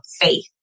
faith